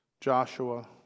joshua